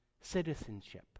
citizenship